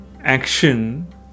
action